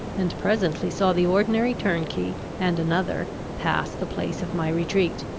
and presently saw the ordinary turnkey and another pass the place of my retreat.